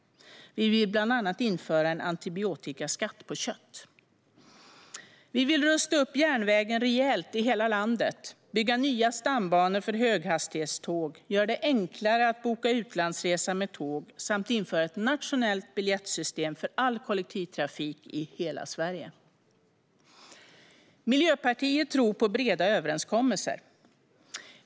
Vi vill bland annat införa en antibiotikaskatt på kött. Vi vill rusta upp järnvägen rejält i hela landet, bygga nya stambanor för höghastighetståg, göra det enklare att boka utlandsresa med tåg samt införa ett nationellt biljettsystem för all kollektivtrafik i hela Sverige. Miljöpartiet tror på breda överenskommelser.